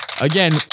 Again